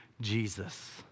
Jesus